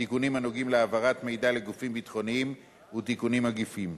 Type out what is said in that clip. תיקונים הנוגעים להעברת מידע לגופים ביטחוניים ותיקונים עקיפים.